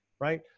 right